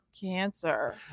cancer